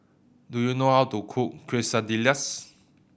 do you know how to cook Quesadillas